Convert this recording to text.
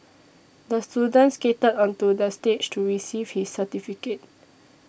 the student skated onto the stage to receive his certificate